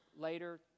later